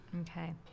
Okay